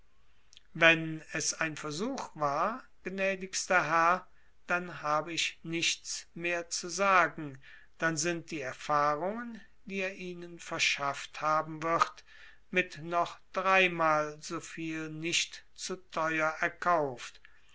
wenn es ein versuch war gnädigster herr dann hab ich nichts mehr zu sagen dann sind die erfahrungen die er ihnen verschafft haben wird mit noch dreimal so viel nicht zu teuer erkauft